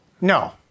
No